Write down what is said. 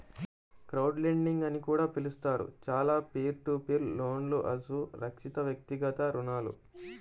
crowdlending అని కూడా పిలుస్తారు, చాలా పీర్ టు పీర్ లోన్లుఅసురక్షితవ్యక్తిగత రుణాలు